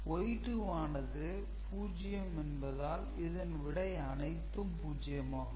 Y2 என்பது 0 என்பதால் இதன் விடை அனைத்தும் 0 ஆகும்